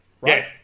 right